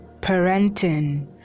Parenting